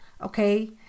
Okay